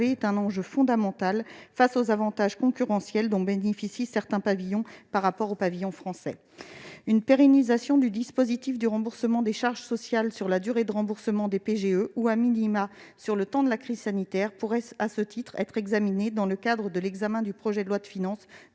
-est un enjeu fondamental face aux avantages concurrentiels dont bénéficient certains pavillons par rapport au pavillon français. Une pérennisation du dispositif de remboursement des charges sociales tout au long de la durée de remboursement des PGE ou,, jusqu'à la fin de la crise sanitaire, pourrait à ce titre être débattue dans le cadre de l'examen du projet de loi de financement